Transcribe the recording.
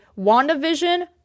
WandaVision